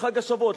חג השבועות.